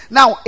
Now